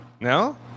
No